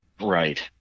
right